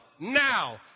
Now